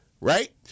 Right